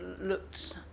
looked